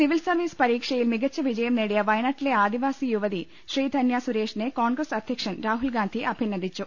civil service പരീക്ഷയിൽ മികച്ച വിജയം നേടിയ വയ നാട്ടിലെ ആദിവാസി യുവതി ശ്രീധന്യ സുരേഷിനെ കോൺഗ്രസ് അധ്യക്ഷൻ രാഹുൽഗാന്ധി അഭിനന്ദിച്ചു